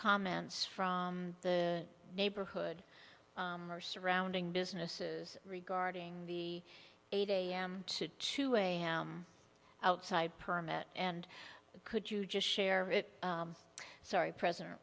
comments from the neighborhood or surrounding businesses regarding the eight am to two am outside permit and could you just share it sorry president